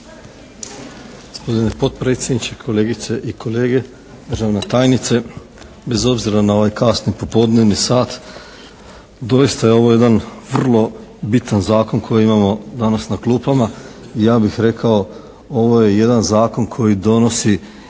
potpredsjedniče, kolegice i kolege, državna tajnice. Bez obzira na ovaj kasni popodnevni sat, doista je ovo jedan vrlo bitan zakon koji imamo danas na klupama. Ja bih rekao ovo je jedan zakon koji donosi